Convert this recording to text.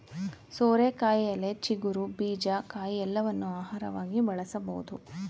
ಸೋರೆಕಾಯಿಯ ಎಲೆ, ಚಿಗುರು, ಬೀಜ, ಕಾಯಿ ಎಲ್ಲವನ್ನೂ ಆಹಾರವಾಗಿ ಬಳಸಬೋದು